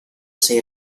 sei